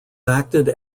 acted